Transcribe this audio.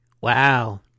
Wow